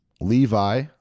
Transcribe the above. Levi